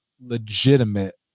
legitimate